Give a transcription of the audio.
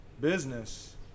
business